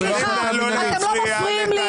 זה לא החלטה מינהלית.